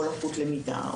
או לקות למידה,